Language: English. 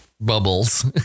bubbles